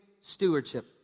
Stewardship